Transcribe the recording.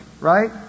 Right